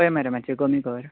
पय मरे मात्शे कमी कर